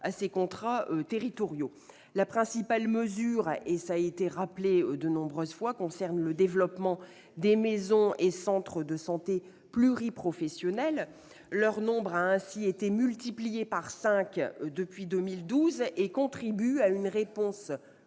à ces contrats territoriaux. La principale mesure- cela a été rappelé de nombreuses fois -concerne le développement des maisons et centres de santé pluriprofessionnels, dont le nombre a ainsi été multiplié par cinq depuis 2012, ce qui contribue à une réponse